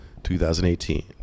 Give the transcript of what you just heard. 2018